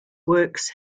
works